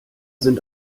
sind